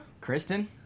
Kristen